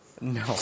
No